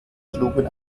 schlugen